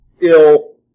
ill